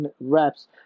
reps